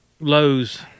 Lowe's